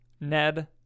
Ned